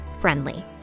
friendly